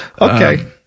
Okay